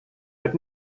but